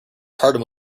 hardened